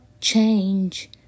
change